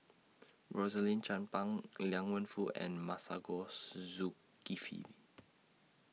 Rosaline Chan Pang Liang Wenfu and Masagos Zulkifli